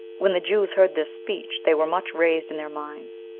when the jews heard this speech, they were much raised in their minds,